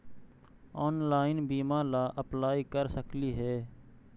Online बीमा ला apply कर सकली हे?